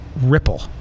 ripple